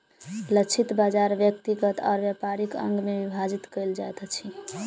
लक्षित बाजार व्यक्तिगत और व्यापारिक अंग में विभाजित कयल जाइत अछि